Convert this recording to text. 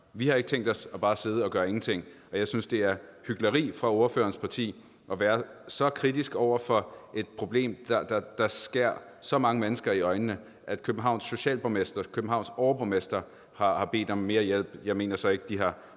Vi har ikke tænkt os bare at sidde og gøre ingenting. Jeg synes, det er hykleri fra ordførerens parti at være så kritisk over for et problem, der skærer så mange mennesker i øjnene, at Københavns socialborgmester og Københavns overborgmester har bedt om mere hjælp – jeg mener så ikke, de har